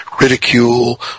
ridicule